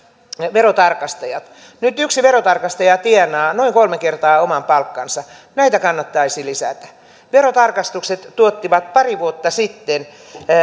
verotarkastajat nyt yksi verotarkastaja tienaa noin kolme kertaa oman palkkansa näitä kannattaisi lisätä verotarkastukset tuottivat pari vuotta sitten